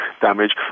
damage